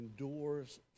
endures